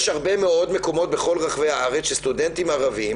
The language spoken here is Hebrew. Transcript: יש הרבה מאוד מקומות בכל רחבי הארץ שסטודנטים ערביים